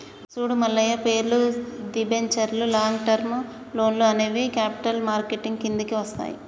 చూడు మల్లయ్య పేర్లు, దిబెంచర్లు లాంగ్ టర్మ్ లోన్లు అనేవి క్యాపిటల్ మార్కెట్ కిందికి వస్తాయి